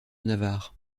navarre